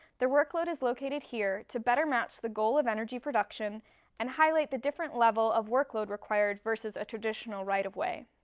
their workload is located here to better match the goal of energy production and highlight the different level of workload required versus a traditional right-of-way.